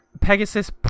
pegasus